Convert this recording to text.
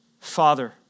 Father